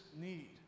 need